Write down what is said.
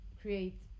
create